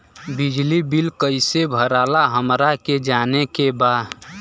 बिजली बिल कईसे भराला हमरा के जाने के बा?